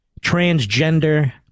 transgender